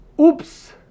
Oops